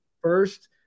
first